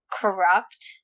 corrupt